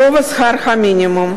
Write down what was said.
גובה שכר המינימום)